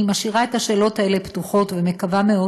אני משאירה את השאלות האלה פתוחות ומקווה מאוד